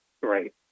Right